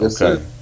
Okay